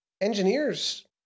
engineers